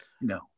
No